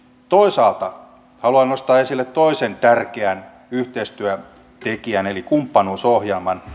toisaalta haluan nostaa esille toisen tärkeän yhteistyötekijän eli kumppanuusohjelman